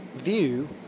view